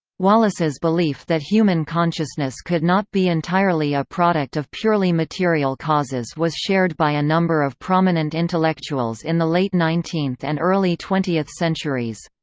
wallace's belief that human consciousness could not be entirely a product of purely material causes was shared shared by a number of prominent intellectuals in the late nineteenth and early twentieth centuries.